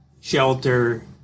shelter